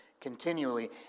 continually